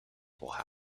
will